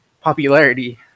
popularity